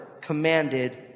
commanded